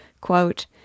quote